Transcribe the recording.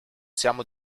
siamo